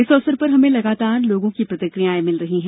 इस अवसर पर हमें लगातार लोगों की प्रतिक्रियाएं मिल रही हैं